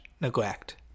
neglect